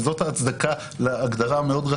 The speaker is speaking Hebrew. וזאת ההצדקה להגדרה הרחבה מאוד.